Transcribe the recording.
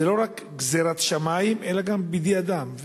זאת לא רק גזירת שמים אלא גם בידי אדם.